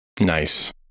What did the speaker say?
nice